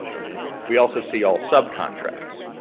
right? we also see all sub contracts.